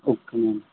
okay